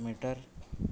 metre अस्ति